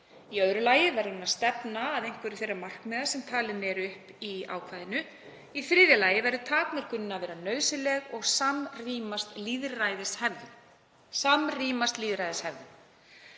Í öðru lagi verður hún að stefna að einhverju þeirra markmiða sem talin eru upp í ákvæðinu. Í þriðja lagi verður takmörkunin að vera nauðsynleg og samrýmast lýðræðishefðum. Samrýmast lýðræðishefðum.